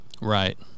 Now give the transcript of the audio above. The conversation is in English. Right